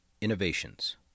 innovations